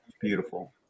beautiful